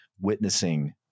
witnessing